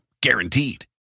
Guaranteed